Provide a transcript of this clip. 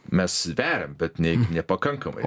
mes veriam bet nei nepakankamai